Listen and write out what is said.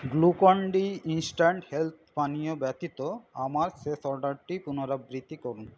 Glucon D instant health পানীয় ব্যতীত আমার শেষ অর্ডারটি পুনরাবৃত্তি করুন